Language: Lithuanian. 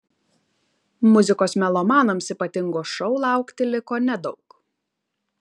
muzikos melomanams ypatingo šou laukti liko nedaug